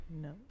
no